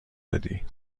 دادی